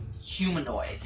humanoid